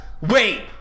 wait